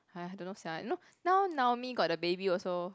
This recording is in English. !aiya! don't know sia you know now Naomi got the baby also